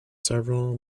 several